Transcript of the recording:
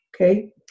Okay